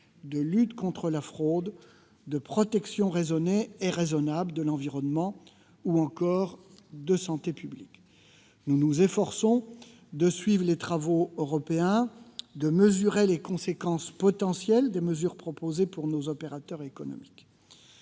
de lutte contre la fraude, de protection raisonnée et raisonnable de l'environnement ou encore de santé publique. Nous nous efforçons de suivre les travaux européens, de mesurer les conséquences potentielles des mesures proposées pour nos opérateurs économiques.